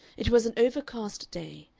it was an overcast day,